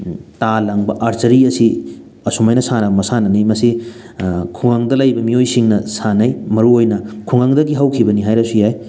ꯇꯥ ꯂꯪꯕ ꯑꯥꯔꯆꯔꯤ ꯑꯁꯤ ꯑꯁꯨꯃꯥꯏꯅ ꯁꯥꯟꯅꯕ ꯃꯁꯥꯟꯅꯅꯤ ꯃꯁꯤ ꯈꯨꯡꯒꯪꯗ ꯂꯩꯕ ꯃꯤꯑꯣꯏꯁꯤꯡꯅ ꯁꯥꯟꯅꯩ ꯃꯔꯨꯑꯣꯏꯅ ꯈꯨꯡꯒꯪꯗꯒꯤ ꯍꯧꯈꯤꯕꯅꯤ ꯍꯥꯏꯔꯁꯨ ꯌꯥꯏ